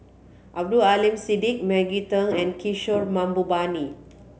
Abdul Aleem Siddique Maggie Teng and Kishore Mahbubani